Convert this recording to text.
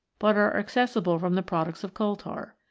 but are accessible from the products of coal tar.